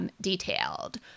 Detailed